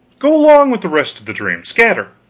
go along with the rest of the dream! scatter!